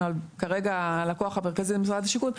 כרגע הלקוח המרכזי זה משרד השיכון,